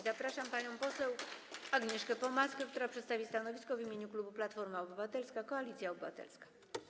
Zapraszam panią poseł Agnieszkę Pomaską, która przedstawi stanowisko w imieniu klubu Platforma Obywatelska - Koalicja Obywatelska.